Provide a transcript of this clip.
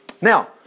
Now